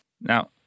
Now